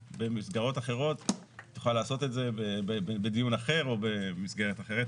במסגרות אחרות היא תוכל לעשות את זה בדיון אחר או במסגרת אחרת,